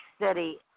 City